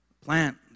Plant